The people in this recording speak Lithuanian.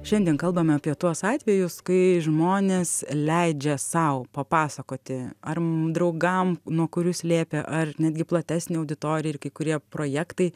šiandien kalbame apie tuos atvejus kai žmonės leidžia sau papasakoti ar m draugam nuo kurių slėpė ar netgi platesnei auditorijai ir kai kurie projektai